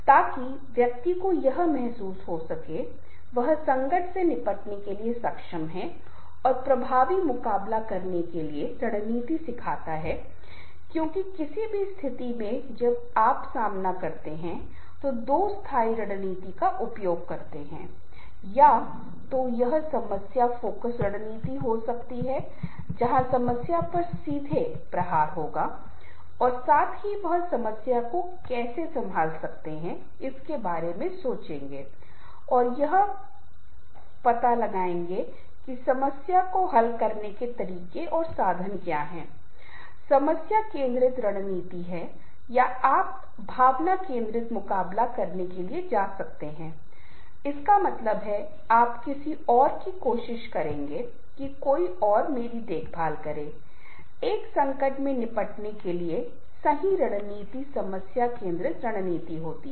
ताकि व्यक्ति को यह महसूस हो कि वह संकट से निपटने के लिए सक्षम है और प्रभावी मुकाबला करने की रणनीति सिखाता है क्योंकि किसी भी स्थिति में जब आप सामना करते हैं तो 2 स्थायी रणनीति का उपयोग करते हैं या तो यह समस्या फोकस रणनीति हो सकती है जहां समस्या पर सीधे प्रहार होगा और साथ ही वह समस्या को कैसे संभाल सकता है इसके बारे में सोचेगा और यह पता लगाएगा कि समस्या को हल करने के तरीके और साधन क्या हैं समस्या केंद्रित रणनीति है या आप भावना केंद्रित मुकाबला करने के लिए जा सकते हैं इसका मतलब है आप किसी और की कोशिश करेंगे कि कोई और मेरी देखभाल करे एक संकट से निपटने के लिए सही रणनीति समस्या केंद्रित रणनीति है